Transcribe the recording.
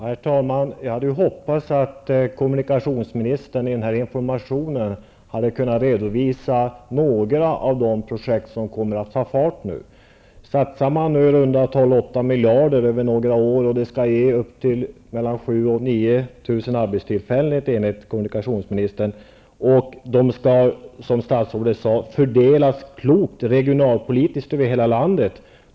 Herr talman! Jag hade ju hoppats att kommunikationsministern i den här informationen hade kunnat redovisa några av de projekt som kommer att ta fart nu. Man satsar nu i runda tal 8 miljarder kronor över några år och det skall ge mellan 7 000 och 9 000 arbetstillfällen, enligt kommunikationsministern. De skall, som statsrådet säger fördelas klokt regionalpolitisk över hela landet.